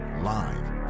Live